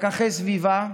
פקחי סביבה,